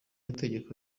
itegeko